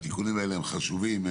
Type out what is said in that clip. התיקונים האלה חשובים,